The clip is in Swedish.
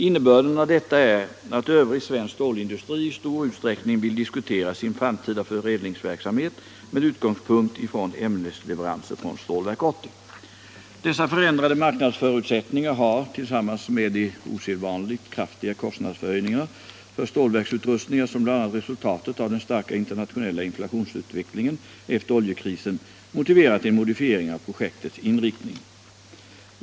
Innebörden av detta är att övrig svensk stålindustri i stor utsträckning vill diskutera sin framtida förädlingsverksamhet med utgångspunkt i ämnesleveranser från Stålverk 80. Dessa förändrade marknadsförutsättningar har, tillsammans med de osedvanligt kraftiga kostnadsförhöjningarna för stålverksutrustningar som blev resultatet av den starka internationella inflationsutvecklingen efter oljekrisen, motiverat en modifiering av projektets inriktning.